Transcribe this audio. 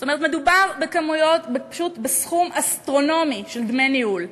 זאת אומרת, מדובר בסכום אסטרונומי של דמי ניהול.